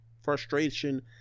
frustration